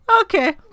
Okay